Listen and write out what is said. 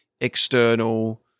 external